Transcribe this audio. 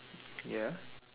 ya